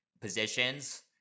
positions